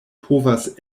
povas